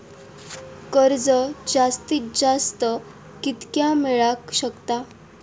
कर्ज जास्तीत जास्त कितक्या मेळाक शकता?